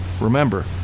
Remember